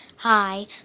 Hi